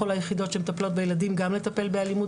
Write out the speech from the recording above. בכל היחידות שמטפלות בילדים גם לטפל באלימות.